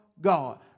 God